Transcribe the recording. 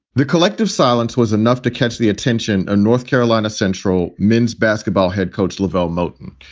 the collective silence was enough to catch the attention of north carolina central men's basketball head coach leavelle motin.